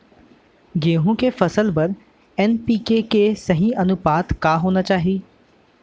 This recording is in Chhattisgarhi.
गेहूँ के फसल बर एन.पी.के के सही अनुपात का होना चाही?